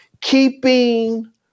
keeping